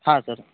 हां सर